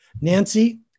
Nancy